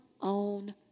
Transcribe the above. own